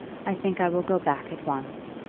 i think i will go back at once.